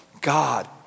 God